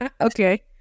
okay